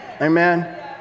Amen